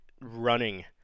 running